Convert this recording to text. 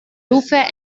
rufe